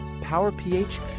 Power-PH